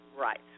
Right